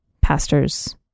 pastors